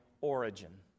origin